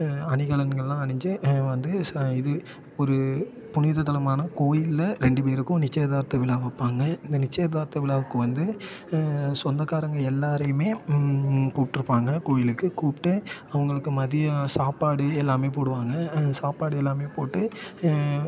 அணிகலன்கெல்லாம் அணிஞ்சு வந்து ச இது ஒரு புனிததலமான கோவிலில் ரெண்டு பேருக்கும் நிச்சயதார்த்த விழா வைப்பாங்க இந்த நிச்சயதார்த்த விழாவுக்கு வந்து சொந்தக்காரங்கள் எல்லாேரையுமே கூப்பிட்டுருப்பாங்க கோவிலுக்கு கூப்பிட்டு அவங்களுக்கு மதியம் சாப்பாடு எல்லாமே போடுவாங்க சாப்பாடு எல்லாமே போட்டு